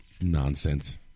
nonsense